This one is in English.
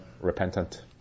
repentant